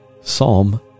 Psalm